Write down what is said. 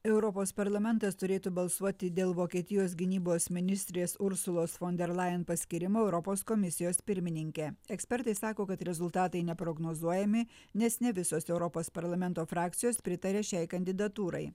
europos parlamentas turėtų balsuoti dėl vokietijos gynybos ministrės ursulos fon der lajen paskyrimo europos komisijos pirmininke ekspertai sako kad rezultatai neprognozuojami nes ne visos europos parlamento frakcijos pritarė šiai kandidatūrai